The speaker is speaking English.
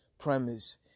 premise